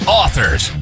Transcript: authors